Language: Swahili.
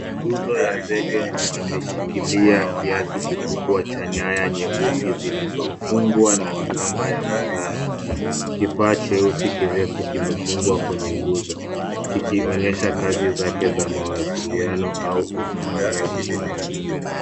Nguzo za zege yameshikila kiasi kikubwa cha nyaya nyeusi zilizo fungwa na kamba ya manjano njano. Kifaa kirefu cheusi kimefungwa kwenye nguzo kikionyesha kazi yake ya mawasilio au usambazaji umeme.